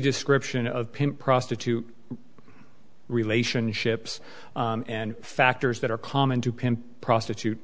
description of him prostitute relationships and factors that are common to pimp prostitute